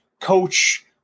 coach